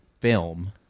film